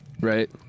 Right